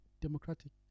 Democratic